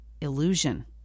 illusion